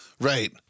Right